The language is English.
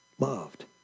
Loved